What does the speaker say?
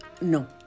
No